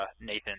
Nathan